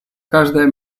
каждая